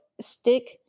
stick